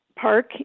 park